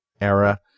era